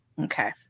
Okay